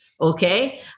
Okay